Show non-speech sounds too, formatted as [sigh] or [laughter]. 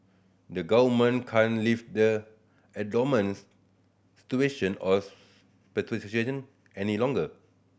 the government can't leave the abnormal situation of [unintelligible] any longer